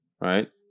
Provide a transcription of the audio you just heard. right